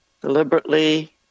deliberately